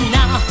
now